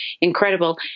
incredible